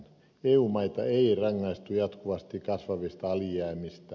eu maita ei rangaistu jatkuvasti kasvavista alijäämistä